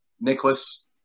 Nicholas